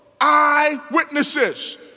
eyewitnesses